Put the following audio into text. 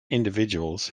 individuals